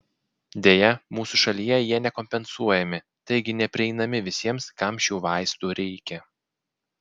deja mūsų šalyje jie nekompensuojami taigi neprieinami visiems kam šių vaistų reikia